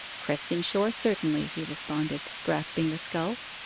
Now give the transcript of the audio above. creston shore certainly he responded, grasping the sculls.